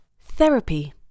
Therapy